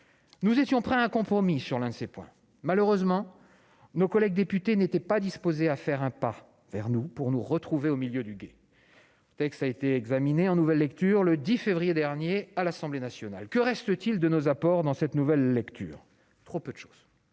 Nous étions prêts à un compromis sur l'un de ces points. Malheureusement, nos collègues députés n'étaient pas disposés à faire un pas vers nous pour que nous les retrouvions au milieu du gué. Le texte a été examiné en nouvelle lecture le 10 février dernier à l'Assemblée nationale. Que reste-t-il de nos apports ? Trop peu de choses